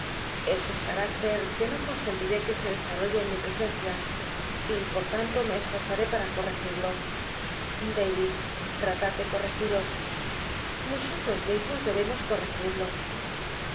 es un canicter que no consentiré que se dcsal'l'olle en mi presencia y por lanlo me esforzaré para col'lcgirlo da yid hatad de coitcgii'os nosotros mismos debemos corregido